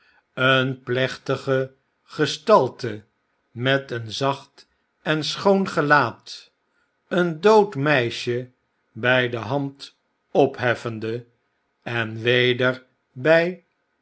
een plechtige gestalte met een zacht en schoon gelaat een dood meisje by de hand opheffende en weder by